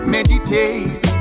Meditate